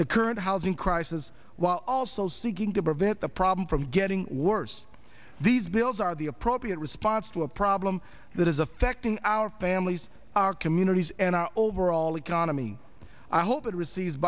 the current housing crisis while also seeking to prevent the problem from getting worse these bills are the appropriate response to a problem that is affecting our families our communities and our overall economy i hope it receives